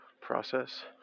process